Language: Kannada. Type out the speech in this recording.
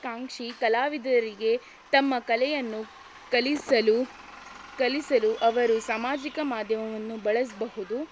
ಕಾಂಕ್ಷಿ ಕಲಾವಿದರಿಗೆ ತಮ್ಮ ಕಲೆಯನ್ನು ಕಲಿಸಲು ಕಲಿಸಲು ಅವರು ಸಾಮಾಜಿಕ ಮಾಧ್ಯಮವನ್ನು ಬಳಸ್ಬಹುದು